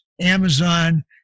Amazon